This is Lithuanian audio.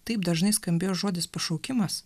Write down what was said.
taip dažnai skambėjo žodis pašaukimas